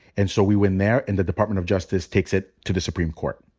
and so we win there. and the department of justice takes it to the supreme court.